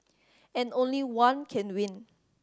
and only one can win